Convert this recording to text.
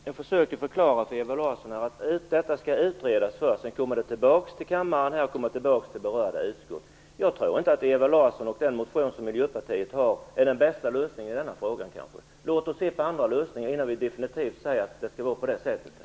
Fru talman! Jag försöker förklara för Ewa Larsson att detta först skall utredas, och sedan kommer det tillbaka till kammaren och till berörda utskott. Jag tror inte att den lösning som föreslås av Ewa Larsson och i Miljöpartiets motion är den bästa i den här frågan. Låt oss se på andra lösningar innan vi definitivt säger att det skall vara på ett visst sätt.